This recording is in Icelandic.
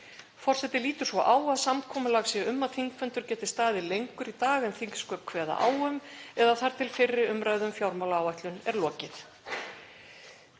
Forseti lítur svo á að samkomulag sé um að þingfundur geti staðið lengur í dag en þingsköp kveða á um eða þar til fyrri umræðu um fjármálaáætlun er lokið.